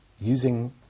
using